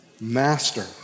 master